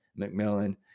McMillan